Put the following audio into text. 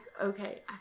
Okay